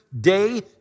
day